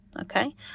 Okay